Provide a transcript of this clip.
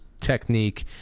technique